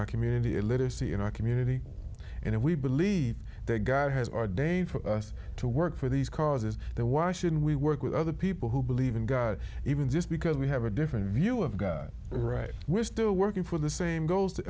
our community illiteracy in our community and if we believe that god has ordained for us to work for these causes then why should we work with other people who believe in god even just because we have a different view of god right we're still working for the same goals t